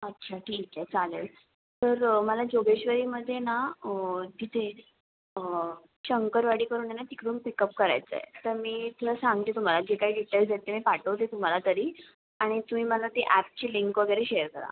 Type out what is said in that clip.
अच्छा ठीक आहे चालेल तर मला जोगेश्वरीमध्ये ना तिथे शंकरवाडीकडून आहे ना तिकडून पिकअप करायचं आहे तर मी तुला सांगते तुम्हाला जे काही डिटेल्स आहेत ते मी पाठवते तुम्हाला तरी आणि तुम्ही मला ते अॅपची लिंक वगैरे शेअर करा